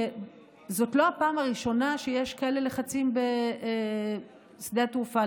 שזאת לא הפעם הראשונה שיש כאלה לחצים בשדה התעופה.